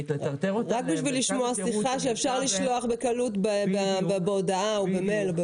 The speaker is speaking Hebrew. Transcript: רק בשביל לשמוע שיחה שאפשר לשלוח בקלות בהודעה או במייל.